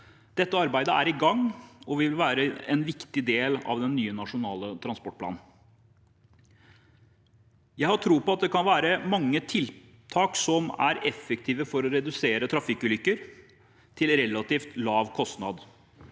Dette arbeidet er i gang og vil være en viktig del av den nye nasjonale transportplanen. Jeg har tro på at det kan være mange tiltak som er effektive for å redusere trafikkulykker, til en relativ lav kostnad.